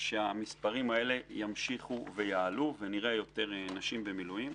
שהמספרים האלה ימשיכו ויעלו ונראה יותר נשים במילואים.